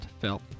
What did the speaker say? felt